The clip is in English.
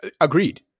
Agreed